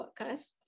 podcast